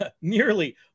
nearly